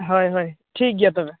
ᱦᱳᱭ ᱦᱳᱭ ᱴᱷᱤᱠ ᱜᱮᱭᱟ ᱛᱚᱵᱮ